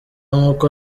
nk’uko